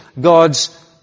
God's